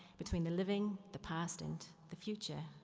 between the living, the past, and the future.